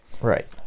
Right